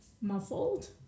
muffled